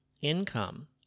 Income